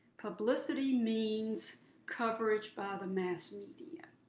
publicity means coverage by the mass media.